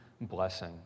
blessing